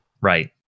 Right